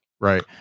Right